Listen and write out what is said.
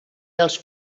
dels